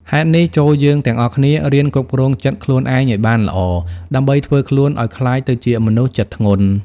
ហេតុនេះ ចូលយើងទាំងអស់គ្នារៀនគ្រប់គ្រងចិត្តខ្លួនឯងឱ្យបានល្អ ដើម្បីធ្វើខ្លួនឱ្យក្លាយទៅជាមនុស្សចិត្តធ្ងន់។